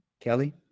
Kelly